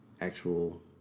actual